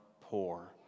poor